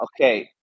Okay